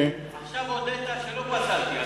עכשיו הודית שלא פסלתי.